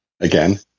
Again